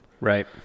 Right